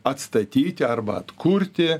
atstatyti arba atkurti